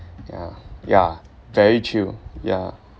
ya ya very chill ya